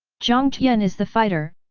jiang tian is the fighter,